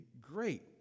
great